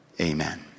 Amen